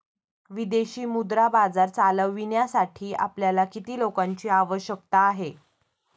विदेशी मुद्रा बाजार चालविण्यासाठी आपल्याला किती लोकांची आवश्यकता आहे?